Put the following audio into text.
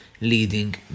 leading